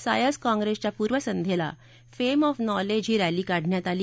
science काँग्रेसच्या पूर्वसंधेला fame of knowledge ही रस्ती काढण्यात आली